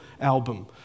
album